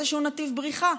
איזשהו נתיב בריחה?